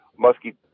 muskie